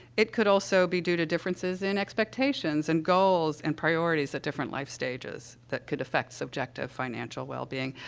it could also be due to differences in expectations and goals and priorities at different life stages that could affect subjective financial wellbeing.